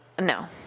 No